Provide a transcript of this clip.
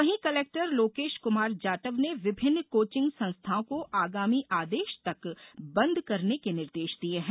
वहीं कलेक्टर लोकेश कुमार जाटव ने विभिन्न कोचिंग संस्थाओं को आगामी आदेश तक बंद करने के निर्देश दिये हैं